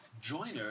joiner